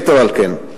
יתר על כן,